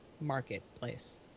marketplace